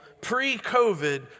pre-COVID